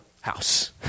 house